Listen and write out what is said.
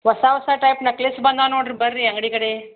ಹೊಸ ಹೊಸ type necklace ಬಂದಾವೆ ನೋಡ್ರಿ ಬನ್ರಿ ಅಂಗಡಿ ಕಡೆ